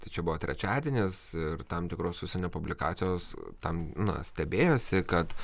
tai čia buvo trečiadienis ir tam tikros užsienio publikacijos tam na stebėjosi kad